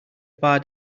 far